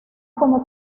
como